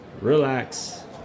relax